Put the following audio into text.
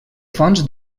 fonts